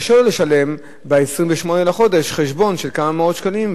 קשה לו לשלם ב-28 בחודש חשבון של כמה מאות שקלים,